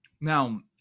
Now